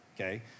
okay